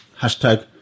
hashtag